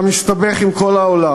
אתה מסתבך עם כל העולם,